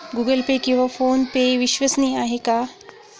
Google Pay किंवा PhonePe विश्वसनीय आहेत का?